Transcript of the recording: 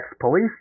police